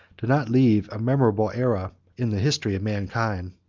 did not leave a memorable era in the history of mankind.